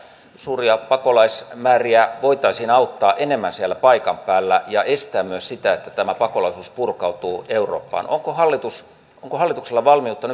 suuria pakolaismääriä voitaisiin auttaa enemmän siellä paikan päällä ja estää myös sitä että tämä pakolaisuus purkautuu eurooppaan onko hallituksella valmiutta